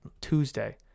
Tuesday